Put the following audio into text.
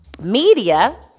Media